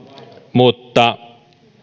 mutta